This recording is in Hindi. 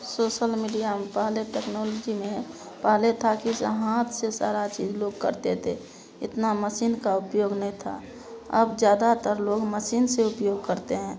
सोसल मीडिया में पहले टेक्नोलजी में पहले था कि हाथ से सारा चीज लोग करते थे इतना मसीन का उपयोग नहीं था अब ज़्यादातर लोग मसीन से उपयोग करते हैं